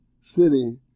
city